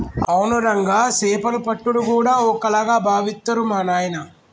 అవును రంగా సేపలు పట్టుడు గూడా ఓ కళగా బావిత్తరు మా నాయిన